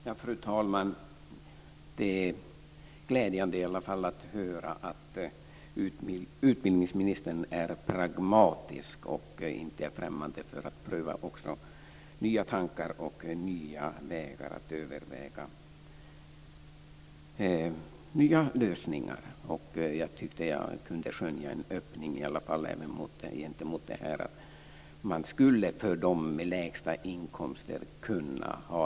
Fru talman! Det är glädjande att höra att utbildningsministern är pragmatisk och inte är främmande för att pröva nya tankar och lösningar. Jag tyckte att jag kunde skönja en öppning med förmånligare återbetalningssystem för dem med de lägsta inkomsterna.